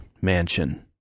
mansion